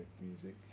music